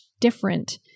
different